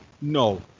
no